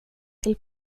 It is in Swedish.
till